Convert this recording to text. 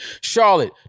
Charlotte